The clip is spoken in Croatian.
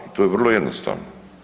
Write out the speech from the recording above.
To je vrlo jednostavno.